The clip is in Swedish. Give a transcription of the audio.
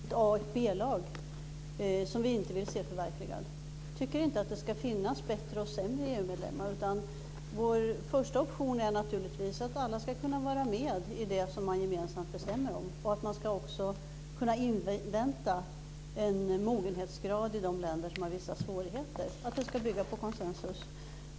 Herr talman! Det är ju en del av den debatt som handlar om ett A och ett B-lag, något som vi inte vill se förverkligat. Jag tycker inte att det ska finnas bättre och sämre EU-medlemmar. Alla ska kunna vara med i det som man gemensamt bestämmer om. Man ska också kunna invänta en mogenhetsgrad i de länder som har vissa svårigheter. Det ska bygga på konsensus.